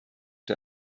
der